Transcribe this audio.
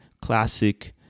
Classic